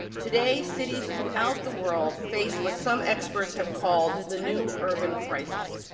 today cities throughout the world face what some experts have called the new urban crisis.